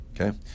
okay